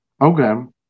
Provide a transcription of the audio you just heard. Okay